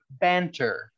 banter